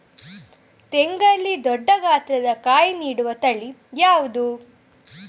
ತೆಂಗಲ್ಲಿ ದೊಡ್ಡ ಗಾತ್ರದ ಕಾಯಿ ನೀಡುವ ತಳಿ ಯಾವುದು?